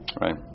Right